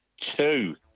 two